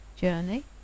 journey